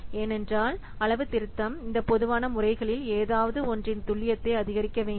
ஏனென்றால் அளவுத்திருத்தம் இந்த பொதுவான முறைகளில் ஏதாவது ஒன்றின் துல்லியத்தை அதிகரிக்கவேண்டும்